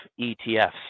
ETFs